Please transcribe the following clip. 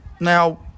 Now